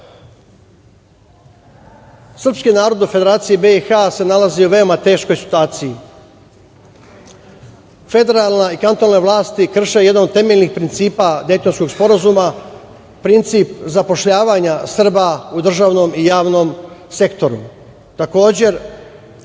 narod u Federaciji BiH se nalazi u veoma teškoj situaciji. Federalne i kantonalne vlasti krše jedan od temeljnih principa Dejtonskog sporazuma, princip zapošljavanja Srba u državnom i javnom sektoru.